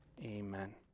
Amen